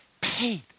paid